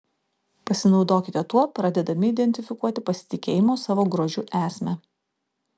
pasinaudokite tuo pradėdami identifikuoti pasitikėjimo savo grožiu esmę